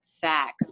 Facts